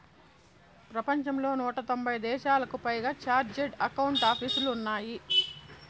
ప్రపంచంలో నూట తొంభై దేశాలకు పైగా చార్టెడ్ అకౌంట్ ఆపీసులు ఉన్నాయి